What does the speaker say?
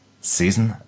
season